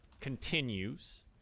continues